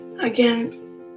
Again